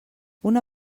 una